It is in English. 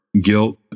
guilt